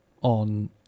on